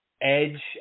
Edge